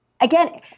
again